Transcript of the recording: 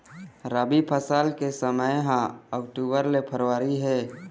रबी फसल के समय ह अक्टूबर ले फरवरी हे